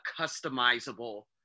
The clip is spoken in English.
customizable